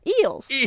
eels